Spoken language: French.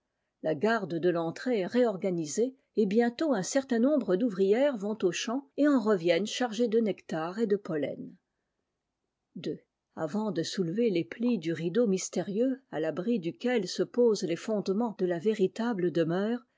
la garde de l'entrée est réorganisée et bientôt un certain nombre d'ouvrières vont aux champs et en reviennent chargées de nectar et de pollen ii avant de soulever les plis du rideau mystérieux à fabri duquel se posent les fondements de la véritable demeure